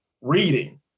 reading